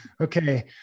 Okay